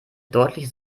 deutlich